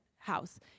house